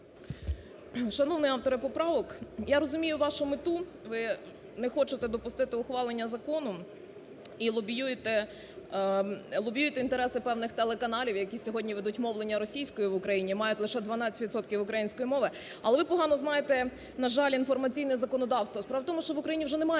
Шановний авторе поправок, я розумію вашу мету: ви не хочете допустити ухвалення закону і лобіюєте інтереси певних телеканалів, які сьогодні ведуть мовлення російською в Україні і мають лише 12 відсотків української мови. Але ви погано знаєте, на жаль, інформаційне законодавство. Справа в тому, що в Україні вже немає